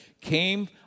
came